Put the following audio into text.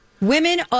Women